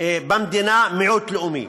במדינה מיעוט לאומי.